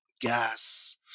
gas